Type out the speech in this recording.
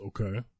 okay